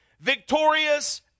Victorious